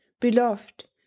beloved